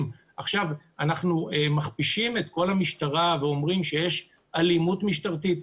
אנחנו מכפישים את כל המשטרה ואומרים שיש אלימות משטרתית?